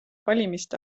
valimiste